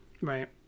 Right